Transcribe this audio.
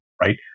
Right